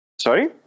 Sorry